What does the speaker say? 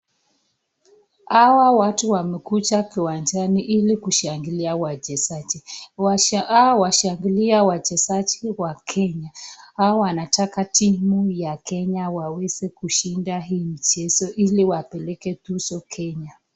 Hawa watu wamekuja kiwanjani ili kushangilia wachezaji. Hawa wanashangilia wachezaji wa Kenya hawa wanataka timu ya Kenya waweze kushinda hii mchezo ili wapeleke tuzo Kenya.